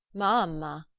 m'ama!